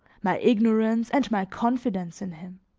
my ignorance and my confidence in him.